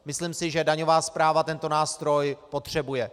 Myslím si, že daňová správa tento nástroj potřebuje.